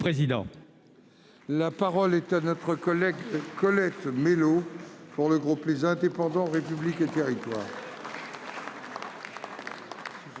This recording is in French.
La parole est à Mme Colette Mélot, pour le groupe Les Indépendants - République et Territoires.